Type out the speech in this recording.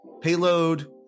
Payload